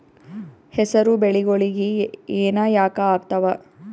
ಹೆಸರು ಬೆಳಿಗೋಳಿಗಿ ಹೆನ ಯಾಕ ಆಗ್ತಾವ?